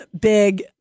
big